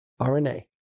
RNA